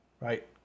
right